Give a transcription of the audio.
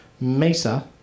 Mesa